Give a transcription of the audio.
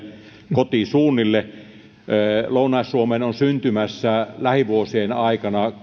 kotisuunnille lounais suomeen on syntymässä lähivuosien aikana